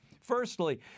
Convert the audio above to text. Firstly